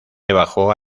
debajo